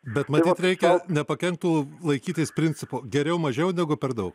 bet matyt reikia nepakenktų laikytis principo geriau mažiau negu per daug